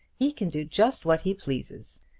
he can do just what he pleases.